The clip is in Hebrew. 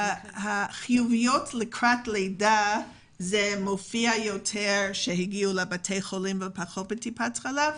חיוביות לקראת לידה הגיעו יותר לבתי החולים ופחות לטיפות החלב.